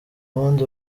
bundi